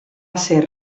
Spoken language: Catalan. ser